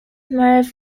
merv